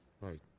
Right